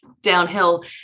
downhill